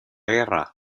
guerra